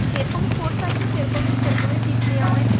যেরকম কোর্স আছে সেরকমই সেরকমই ফিস নেওয়া হয়